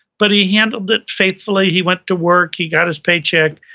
but he handled it faithfully. he went to work, he got his paycheck,